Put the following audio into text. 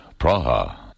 Praha